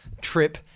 trip